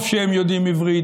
טוב שהם יודעים עברית,